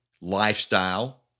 lifestyle